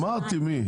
אמרתי מי.